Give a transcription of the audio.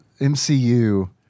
MCU